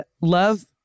Love